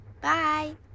Bye